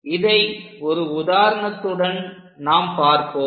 இதை ஒரு உதாரணத்துடன் நாம் பார்ப்போம்